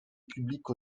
publique